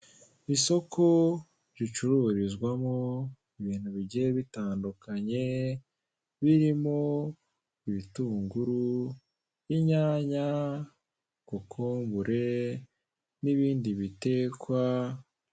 Isoko ricururizwamo ibintu bigiye bitandukanye birimo: ibitunguru, inyanya, kokombure n'ibindi bitekwa.